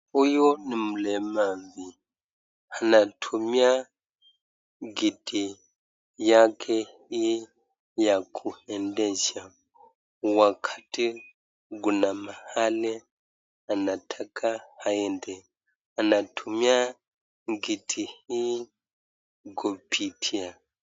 Huyu ni mlemavu anatumia kiti yake hii ya kuendesha wakati kuna mahali anataka aende anatumia kiti hii kupitia.